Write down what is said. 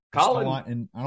Colin